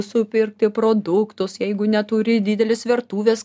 supirkti produktus jeigu neturi didelės virtuvės